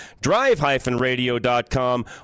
drive-radio.com